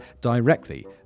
directly